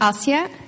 Asia